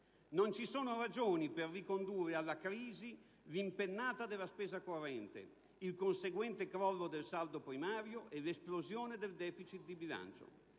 Non ci sono ragioni per ricondurre alla crisi l'impennata della spesa corrente, il conseguente crollo del saldo primario e l'esplosione del *deficit* di bilancio.